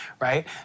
right